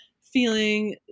feeling